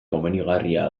komenigarria